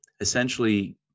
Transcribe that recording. essentially